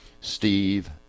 steve